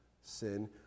Sin